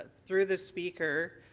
through the speaker,